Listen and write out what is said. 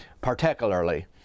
particularly